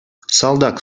салтак